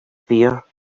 fear